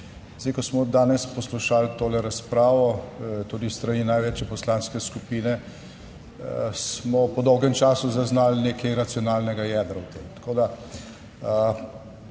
ko smo danes poslušali to razpravo tudi s strani največje poslanske skupine, smo po dolgem času zaznali nekaj racionalnega jedra v tem.